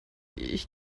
ich